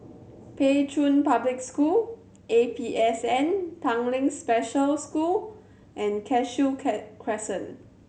Pei Chun Public School A P S N Tanglin Special School and Cashew K Crescent